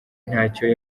ntacyo